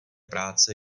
práce